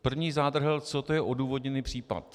První zádrhel, co to je odůvodněný případ.